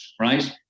right